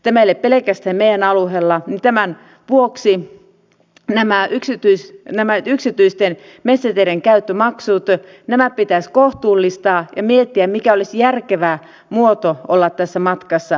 tämä ei ole pelkästään meidän alueellamme ja tämän vuoksi nämä yksityisten metsäteiden käyttömaksut pitäisi kohtuullistaa ja miettiä mikä olisi järkevä muoto tässä matkassa